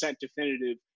definitive